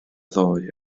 ddoe